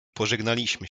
pożegnaliśmy